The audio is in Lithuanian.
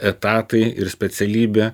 etatai ir specialybė